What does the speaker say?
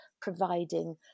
providing